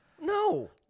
No